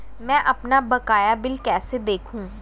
मैं अपना बकाया बिल कैसे देखूं?